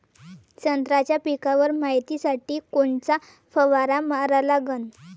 संत्र्याच्या पिकावर मायतीसाठी कोनचा फवारा मारा लागन?